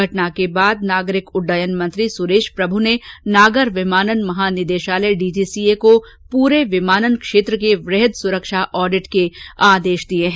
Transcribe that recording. घटना के बाद नागरिक उड़डयन मंत्री सुरेश प्रभू ने नागर विमानन महानिदेशालय डीजीसीए को पूरे विमानन क्षेत्र के वृहद सुरक्षा ऑडिट के आदेश दिए हैं